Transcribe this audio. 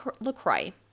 LaCroix